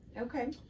Okay